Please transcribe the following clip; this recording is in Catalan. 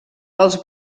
els